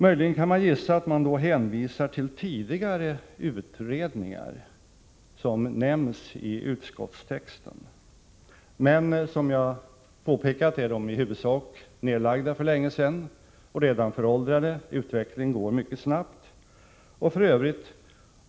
Möjligen kan man gissa att utskottsmajoriteten hänvisar till tidigare utredningar, som nämns i utskottstexten. Men som jag påpekat är dessa utredningar i huvudsak nedlagda för länge sedan eller redan föråldrade. Utvecklingen går mycket snabbt. Och f.ö.